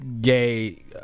gay